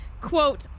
quote